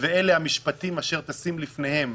"ואלה המשפטים אשר תשים בפניהם".